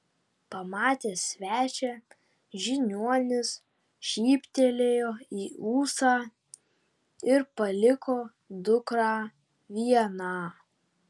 pamatęs svečią žiniuonis šyptelėjo į ūsą ir paliko dukrą vieną